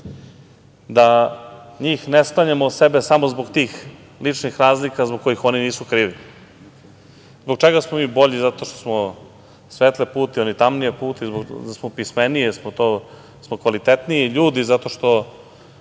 da njih ne stavljamo sebe samo zbog tih ličnih razlika zbog kojih oni nisu krivi. Zbog čega smo mi bolji? Zato što smo svetle puti, oni tamnije puti, da smo pismeniji, da li smo kvalitetniji ljudi zato što